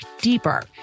deeper